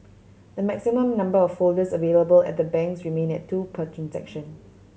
the maximum number of folders available at the banks remain at two per transaction